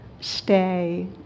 Stay